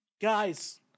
guys